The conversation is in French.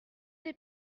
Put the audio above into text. des